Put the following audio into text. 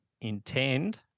intend